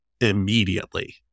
immediately